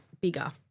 bigger